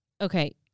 Okay